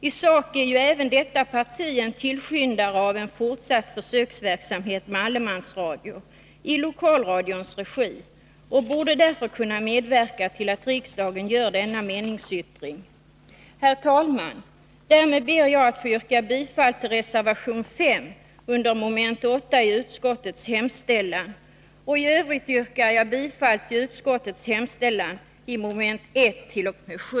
I sak är ju även detta parti en tillskyndare av en fortsatt försöksverksamhet med allemansradio i lokalradions regi och borde därför kunna medverka till att riksdagen gör denna meningsyttring. Herr talman! Därmed ber jag att få yrka bifall till reservation 5 under moment 8 i utskottets hemställan och i övrigt bifall till utskottets hemställan i momenten 1-7.